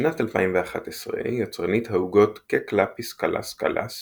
בשנת 2011, יצרנית העוגות Kek lapis Qalas Qalas